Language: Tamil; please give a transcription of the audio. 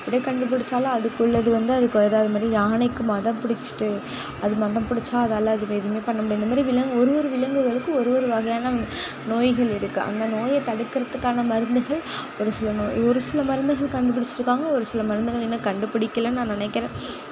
அப்படே கண்டுப்பிடிச்சாலும் அதுக்குள்ளது வந்து அதுக்கு வராத மாதிரி யானைக்கு மதம் பிடிச்சிட்டு அது மதம் பிடிச்சா அதால் அதுங்க எதுவுமே பண்ண முடியாது இந்த மாரி விலங்கு ஒரு ஒரு விலங்குகளுக்கும் ஒரு ஒரு வகையான நோய்கள் இருக்கு அந்த நோயை தடுக்கறத்துக்கான மருந்துகள் ஒரு சில நோ ஒரு சில மருந்துகள் கண்டுப்பிடிச்சிருக்காங்க ஒரு சில மருந்துகள் இன்னும் கண்டுப்பிடிக்கலன் நான் நினைக்கிறேன்